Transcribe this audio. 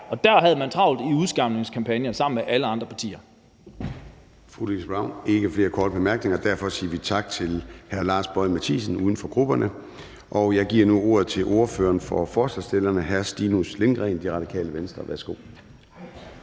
og der havde man travlt med udskamningskampagnen sammen med alle de andre partier.